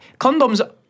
condoms